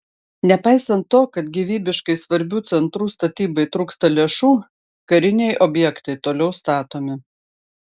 nepaisant to kad gyvybiškai svarbių centrų statybai trūksta lėšų kariniai objektai toliau statomi